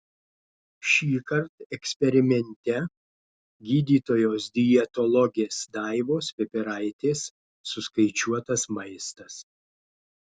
šįkart eksperimente gydytojos dietologės daivos pipiraitės suskaičiuotas maistas